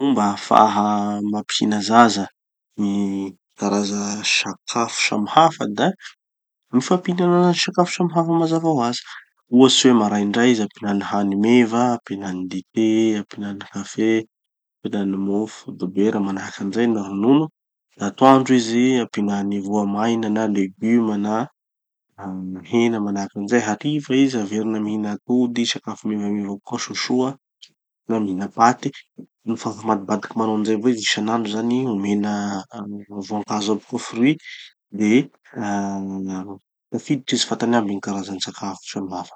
Fomba ahafaha mampihina zaza gny karaza sakafo samy hafa da gny fampihinana anazy sakafo samy hafa mazava hoazy. Ohaty hoe maraindray izy ampihinany hany meva, ampihinany dite, ampihinany kafe, ampihinany mofo dobera, manahaky anizay na ronono. Gn'atoandro izy ampihinany voamaina na leguma na hena manahaky anizay. Hariva izy averina mihina atody, sakafo mevameva kokoa, sosoa, na mihina paty. Nofa afamadibadiky manao anizay avao izy isanandro zany, omena ah voankazo aby koa, fruits, de ah tafiditsy amy vatany aby gny karazan-tsakafo samy hafa.